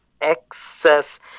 excess –